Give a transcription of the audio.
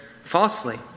falsely